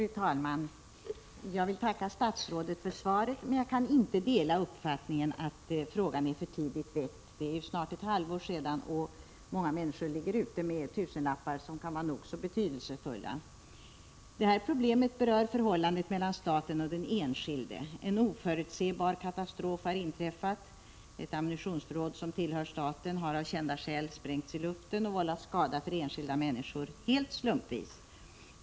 Fru talman! Jag vill tacka statsrådet för svaret. Jag kan inte dela uppfattningen att frågan är för tidigt väckt. Det är snart ett halvår sedan olyckan inträffade. Många människor ligger ute med tusenlappar, som kan vara nog så betydelsefulla. Det här problemet berör förhållandet mellan staten och den enskilde. En oförutsebar katastrof har inträffat. Ett ammunitionsförråd som tillhör staten har av kända skäl sprängts i luften och vållat skada för enskilda människor, helt slumpvis.